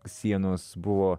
sienos buvo